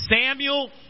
Samuel